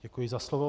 Děkuji za slovo.